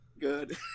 Good